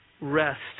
rest